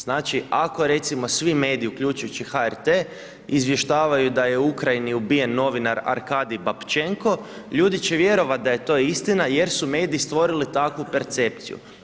Znači ako recimo svi mediji, uključujući HRT izvještavaju da je u Ukrajini ubijen novinar Arkadi Babchenko ljudi će vjerovati da je to istina, jer su mediji stvorili takvu percepciju.